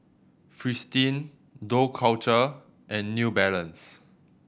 Fristine Dough Culture and New Balance